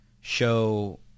show